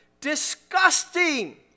Disgusting